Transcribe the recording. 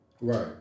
Right